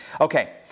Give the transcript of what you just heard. Okay